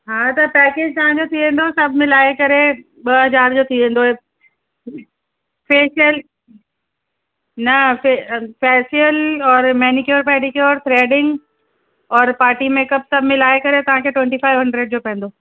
हा त पैकेज तव्हांजो थी वेंदो सभु मिलाइ करे ॿ हज़ार जो थी वेंदो हे फेशियल न फेशियल और मैनीक्योर पैडीक्योर थ्रेडिंग और पार्टी मेकअप सभु मिलाइ करे तव्हांखे ट्वैंटी फाइव हंड्रेड जो पवंदो